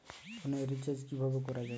ফোনের রিচার্জ কিভাবে করা যায়?